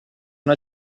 una